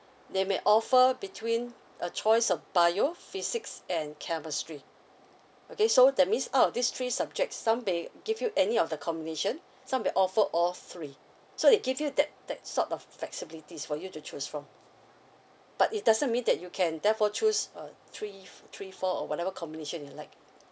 they may offer between a choice of bio physics and chemistry okay so that means out of these three subjects some they give you any of the combination some they offer all three so they give you that that sort of flexibility for you to choose from but it doesn't mean that you can therefore choose uh three three four or whatever combination you like